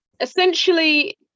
Essentially